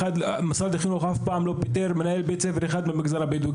משרד החינוך מעולם לא פיטר אפילו מנהל בית ספר אחד במגזר הבדואי,